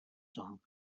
song